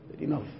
enough